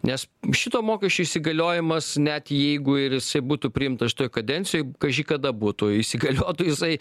nes šito mokesčio įsigaliojimas net jeigu ir jisai būtų priimtas šitoj kadencijoj kaži kada būtų įsigaliotų jisai